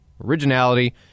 originality